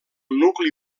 nucli